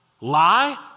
Lie